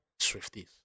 Swifties